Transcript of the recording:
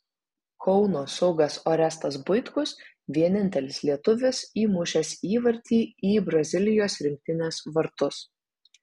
kauno saugas orestas buitkus vienintelis lietuvis įmušęs įvartį į brazilijos rinktinės vartus